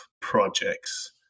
projects